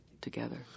together